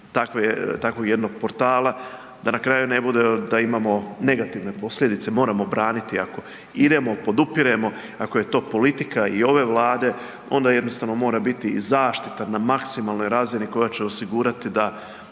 takvog jednog portala da na kraju ne bude, da imamo negativne posljedice. Moramo braniti ako idemo, podupiremo, ako je to politika i ove Vlade onda jednostavno mora biti i zaštita na maksimalnoj razini koja će osigurati da